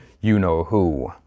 you-know-who